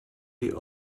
die